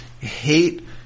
hate